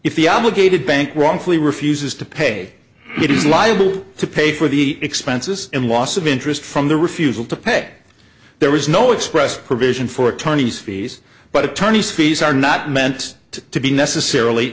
if the obligated bank wrongfully refuses to pay it is liable to pay for the expenses and loss of interest from the refusal to pay there was no express provision for attorney's fees but attorneys fees are not meant to be necessarily